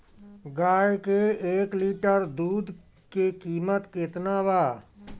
गाय के एक लिटर दूध के कीमत केतना बा?